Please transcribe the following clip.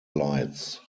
lights